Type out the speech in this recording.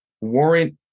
warrant